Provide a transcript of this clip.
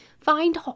find